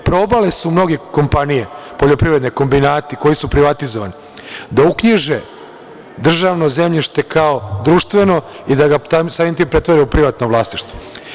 Probale su mnoge kompanije, poljoprivredni kombinati koji su privatizovani da uknjiže državno zemljište kao društveno i da ga samim tim pretvore u privatno vlasništvo.